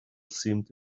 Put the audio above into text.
seemed